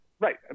Right